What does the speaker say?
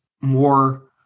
more